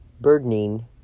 burdening